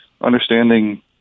understanding